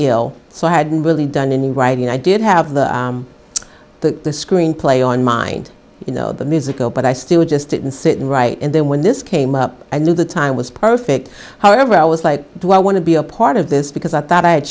ill so i hadn't really done any writing i did have the the screenplay on mind you know the musical but i still just didn't sit and write and then when this came up i knew the time was perfect however i was like do i want to be a part of this because i thought i had